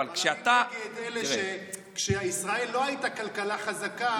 אני נגד אלה שכשישראל לא הייתה כלכלה חזקה,